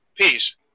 Peace